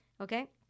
okay